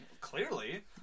clearly